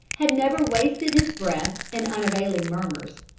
had never wasted his breath in unavailing murmurs.